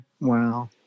Wow